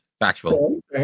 factual